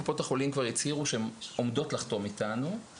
קופות החולים כבר הצהירו שהן עומדות לחתום איתנו,